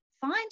find